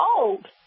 old